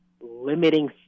limiting